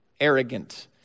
arrogant